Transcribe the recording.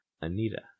Anita